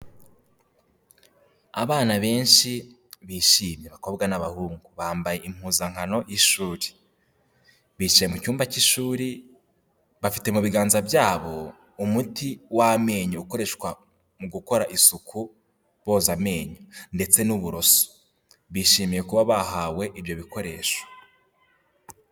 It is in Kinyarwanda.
Abana benshi bishimye, abakobwa n'abahungu bambaye impuzankano y'ishuri, bicaye mu cyumba cy'ishuri bafite mu biganza byabo umuti w'amenyo ukoreshwa mu gukora isuku boza amenyo ndetse n'uburoso, bishimiye kuba bahawe ibyo bikoresho.